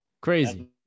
crazy